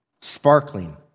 sparkling